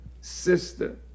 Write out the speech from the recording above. sister